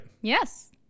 Yes